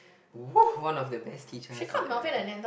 !wooh! one of the best teachers that I ever had